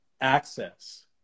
access